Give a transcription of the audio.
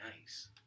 nice